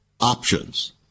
options